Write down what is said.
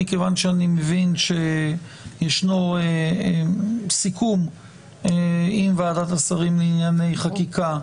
מכיוון שאני מבין שישנו סיכום עם ועדת השרים לענייני חקיקה,